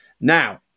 Now